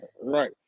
Right